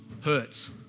hurts